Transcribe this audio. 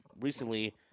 recently